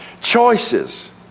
Choices